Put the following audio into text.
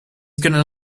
gonna